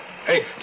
Hey